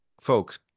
folks